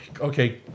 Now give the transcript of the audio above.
okay